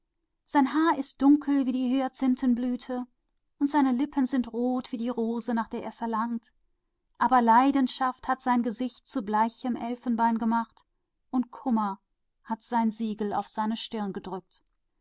sein haar ist dunkel wie die hyazinthe und sein mund ist rot wie die rose seiner sehnsucht aber leidenschaft hat sein gesicht bleich wie elfenbein gemacht und der kummer hat ihm sein siegel auf die stirn gedrückt